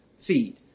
feed